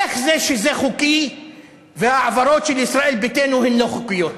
איך זה חוקי וההעברות של ישראל ביתנו הן לא חוקיות?